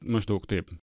maždaug taip